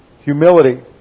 Humility